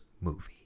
movie